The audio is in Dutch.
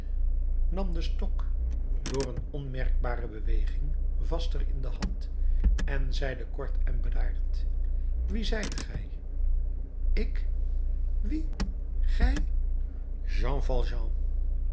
nam den stok door een onmerkbare beweging vaster in de hand en zeide kort en bedaard wie zijt gij ik wie gij jean